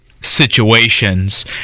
situations